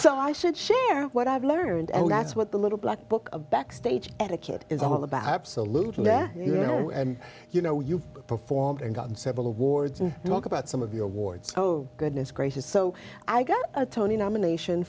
so i should share what i've learned and that's what the little black book backstage etiquette is all about absolutely you know and you know you've performed and gotten several awards and talk about some of your ward's oh goodness gracious so i got a tony nomination